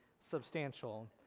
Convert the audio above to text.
substantial